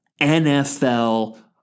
NFL